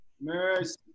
Mercy